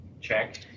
check